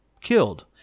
killed